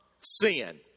sin